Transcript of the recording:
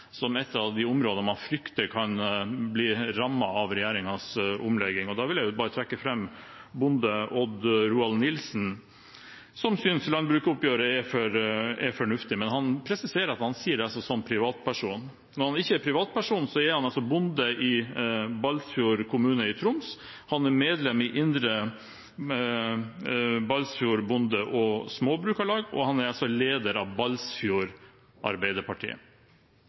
som et av de områdene man frykter kan bli rammet av regjeringens omlegging. Da vil jeg trekke fram bonde Odd Ronald Nilsen, som synes landbruksoppgjøret er fornuftig. Han presiserer at han sier det som privatperson. Når han ikke er privatperson, er han bonde i Balsfjord kommune i Troms. Han er medlem i Indre Balsfjord Bonde- og Småbrukarlag, og han er leder av Balsfjord